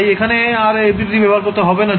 তাই এখানে আর FDTD করা হবে না